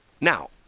Now